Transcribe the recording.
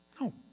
No